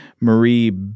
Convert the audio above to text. Marie